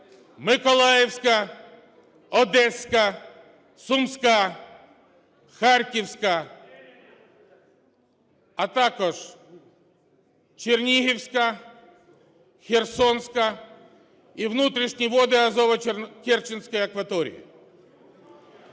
Миколаївська, Одеська, Сумська, Харківська, а також Чернігівська, Херсонська і внутрішні води азово-керченської акваторії.